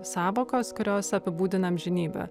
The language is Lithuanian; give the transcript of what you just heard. sąvokos kurios apibūdina amžinybę